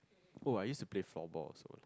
oh I used to play floorball also